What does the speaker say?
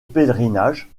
pèlerinage